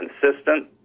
consistent